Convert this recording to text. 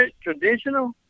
traditional